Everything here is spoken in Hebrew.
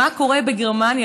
מה קורה בגרמניה?